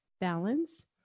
balance